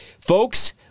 folks